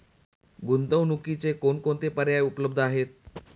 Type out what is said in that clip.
गुंतवणुकीचे कोणकोणते पर्याय उपलब्ध आहेत?